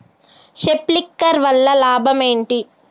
Sprinkler వల్ల లాభం ఏంటి?